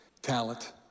talent